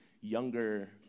younger